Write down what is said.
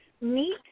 meet